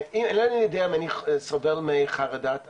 שאינני יודע אם אני סובל מחרדת אקלים,